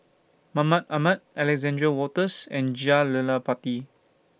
Mahmud Ahmad Alexander Wolters and Jah Lelawati